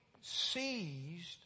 seized